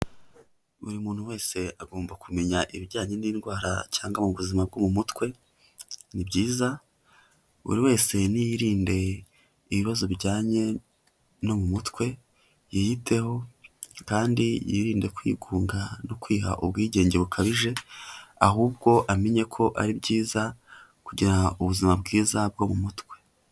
Buri muntu wese agomba kumenya ibijyanye n'indwara cyangwa mu buzima bwo mu mutwe, ni byiza, buri wese niyirinde ibibazo bijyanye no mu mutwe, yiyiteho kandi yirinde kwigunga no kwiha ubwigenge bukabije, ahubwo amenye ko ari byiza kugira ubuzima bwiza bwo mu mutwe.